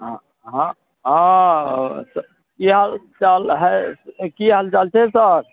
हँ हँ हँ कि हाल चाल हइ कि हालचाल छै सर